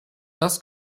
das